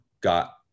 got